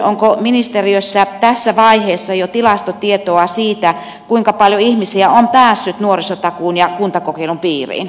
onko ministeriössä tässä vaiheessa jo tilastotietoa siitä kuinka paljon ihmisiä on päässyt nuorisotakuun ja kuntakokeilun piiriin